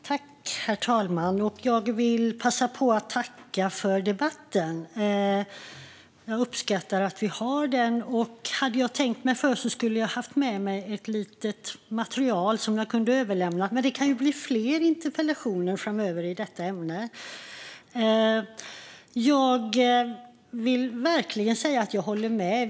Herr talman! Jag vill passa på att tacka för debatten. Jag uppskattar att vi har den. Hade jag tänkt mig för skulle jag ha haft med mig ett litet material som jag kunde överlämna. Men det kan bli fler interpellationsdebatter framöver i detta ämne. Jag vill verkligen säga att jag håller med.